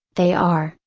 they are,